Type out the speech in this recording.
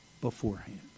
beforehand